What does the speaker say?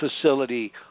facility